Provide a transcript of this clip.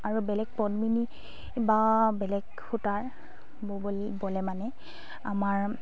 আৰু বেলেগ পদ্মিনী বা বেলেগ সূতাৰ ব'ল ব'লে মানে আমাৰ